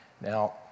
Now